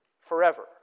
forever